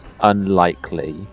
unlikely